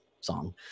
song